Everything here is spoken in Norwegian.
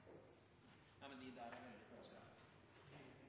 sporet. Men der er